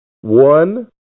One